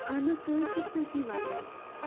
اَہَن حظ تُہۍ حظ چھُو صحیح وَنان